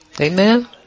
Amen